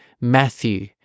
Matthew